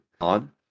on